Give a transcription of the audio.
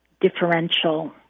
differential